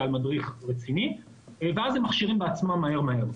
על מדריך רציני ואז הם מכשירים בעצמם מהר-מהר.